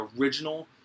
original